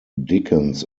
dickens